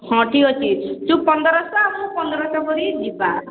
ହଁ ଠିକ୍ ଅଛି ତୁ ପନ୍ଦରଶହ ମୁଁ ପନ୍ଦରଶହ କରିକି ଯିବା